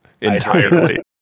entirely